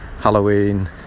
Halloween